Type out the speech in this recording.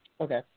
Okay